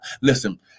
Listen